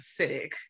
acidic